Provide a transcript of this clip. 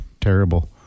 terrible